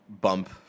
bump